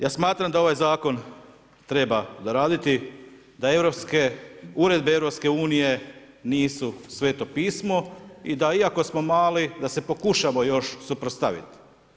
Ja smatram da ovaj zakon treba doraditi, da uredbe EU nisu Sveto pismo i da iako smo mali da se pokušamo još suprotstaviti.